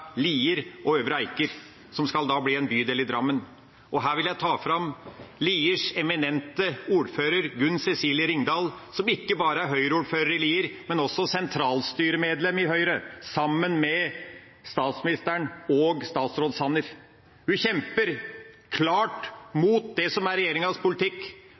Lier og Øvre Eiker, som da skal bli en bydel i Drammen. Her vil jeg ta fram Liers eminente ordfører, Gunn Cecilie Ringdal, som ikke bare er Høyre-ordfører i Lier, men også sentralstyremedlem i Høyre sammen med statsministeren og statsråd Sanner. Hun kjemper klart imot det som er regjeringas politikk.